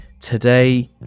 today